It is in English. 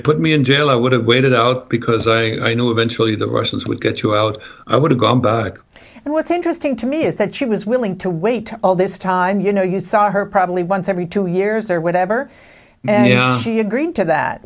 put me in jail i would have waited out because i knew eventually the russians would get you out i would have gone back and what's interesting to me is that she was willing to wait all this time you know you saw her probably once every two years or whatever and she agreed to that